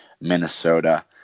Minnesota